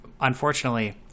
Unfortunately